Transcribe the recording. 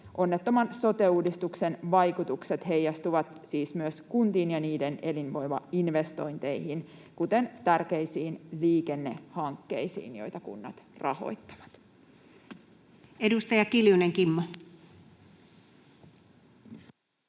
Onnettoman sote-uudistuksen vaikutukset heijastuvat siis myös kuntiin ja niiden elinvoimainvestointeihin, kuten tärkeisiin liikennehankkeisiin, joita kunnat rahoittavat. Edustaja Kiljunen, Kimmo.